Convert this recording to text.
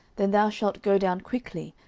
then thou shalt go down quickly,